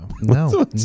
No